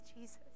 jesus